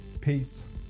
Peace